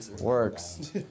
works